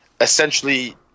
essentially